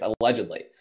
allegedly